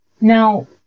Now